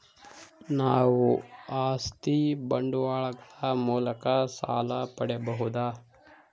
ನಾವು ಆಸ್ತಿ ಬಾಂಡುಗಳ ಮೂಲಕ ಸಾಲ ಪಡೆಯಬಹುದಾ?